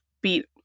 beat